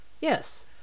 Yes